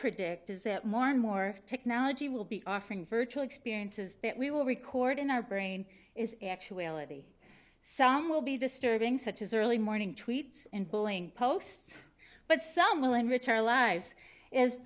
predict is that more and more technology will be offering virtual experiences we will record in our brain is actually ality some will be disturbing such as early morning tweets and bulling posts but some will enrich our lives is